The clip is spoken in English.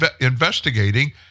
investigating